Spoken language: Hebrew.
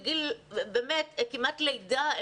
כמעט לידה,